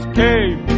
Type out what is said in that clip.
came